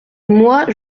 moi